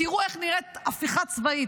תראו איך נראית הפיכה צבאית.